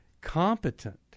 competent